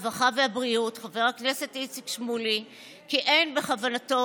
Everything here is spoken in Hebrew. הרווחה הבריאות חבר הכנסת איציק שמולי כי אין בכוונתו